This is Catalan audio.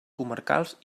comarcals